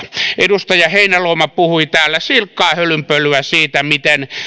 edustaja heinäluoma puhui täällä silkkaa hölynpölyä siitä miten